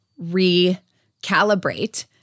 recalibrate